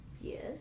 yes